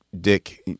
Dick